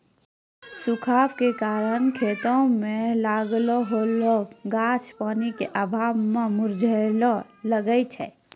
सूखा के कारण खेतो मे लागलो होलो गाछ पानी के अभाव मे मुरझाबै लागै छै